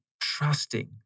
trusting